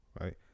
right